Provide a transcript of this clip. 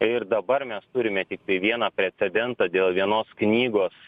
ir dabar mes turime tiktai vieną precedentą dėl vienos knygos